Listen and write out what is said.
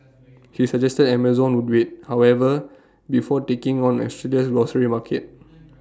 he suggested Amazon would wait however before taking on Australia's grocery market